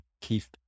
Keith